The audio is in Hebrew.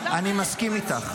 אני מסכים איתך,